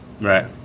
right